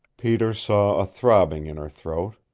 peter saw a throbbing in her throat.